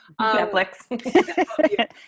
Netflix